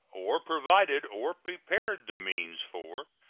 or provided or prepared the means for,